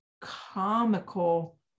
comical